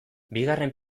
bigarren